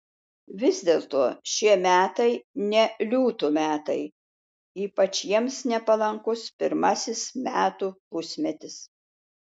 vis dėlto šie metai ne liūtų metai ypač jiems nepalankus pirmasis metų pusmetis